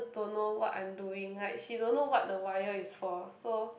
don't know what I'm doing like she don't know what the wire is for so